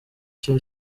icyo